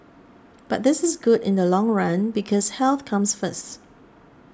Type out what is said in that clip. but this is good in the long run because health comes first